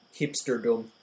Hipsterdom